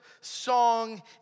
song